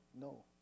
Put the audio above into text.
No